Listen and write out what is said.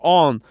on